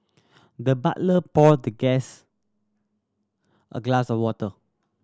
the butler poured the guest a glass of water